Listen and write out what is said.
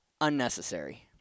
unnecessary